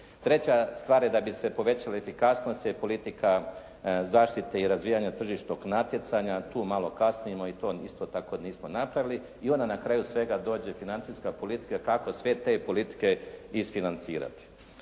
Treća stvar je da bi se povećala efikasnost je politika zaštite i razvijanja tržišnog natjecanja. Tu malo kasnimo i to isto tako nismo napravili. I onda na kraju svega dođe financijska politika kako sve te politike isfinancirati.